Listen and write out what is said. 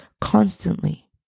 constantly